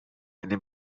eine